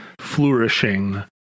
flourishing